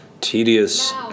tedious